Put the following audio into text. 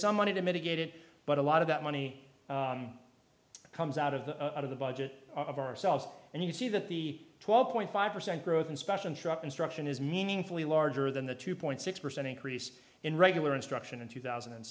money to mitigate it but a lot of that money comes out of the out of the budget of ourselves and you see that the twelve point five percent growth in special instruction is meaningfully larger than the two point six percent increase in regular instruction in two thousand and